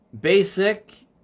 basic